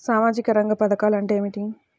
సామాజిక రంగ పధకాలు అంటే ఏమిటీ?